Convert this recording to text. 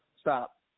Stop